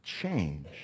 Change